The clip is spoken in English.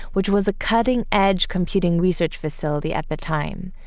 which was a cutting edge computing research facility at the time.